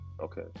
Okay